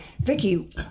Vicky